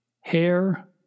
hair